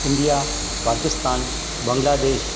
India Pakistan Bangladesh